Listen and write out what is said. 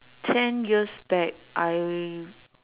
ten years back I